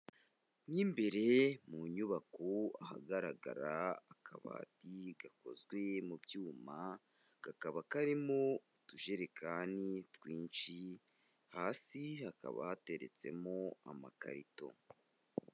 Mo imbere mu nyubako ahagaragara akabati gakozwe mu byuma, kakaba karimo utujerekani twinshi, hasi hakaba hateretsemo amakarito.